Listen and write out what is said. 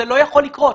זה לא יכול לקרות.